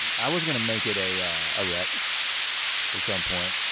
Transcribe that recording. i was gonna make it a ah wreck at some point,